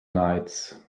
nights